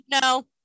no